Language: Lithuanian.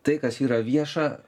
tai kas yra vieša